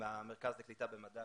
עם המרכז לקליטה במדע,